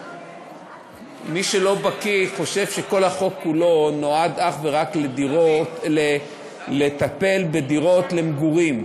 מי שלא בקי חושב שהחוק כולו נועד אך ורק לטפל בדירות למגורים,